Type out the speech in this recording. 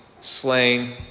slain